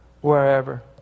wherever